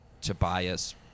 Tobias